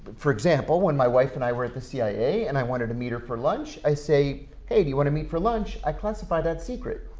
for example when my wife and i were at the cia and i wanted to meet her for lunch, i say hey, do you want to meet for lunch? i classify that secret.